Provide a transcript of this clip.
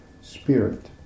spirit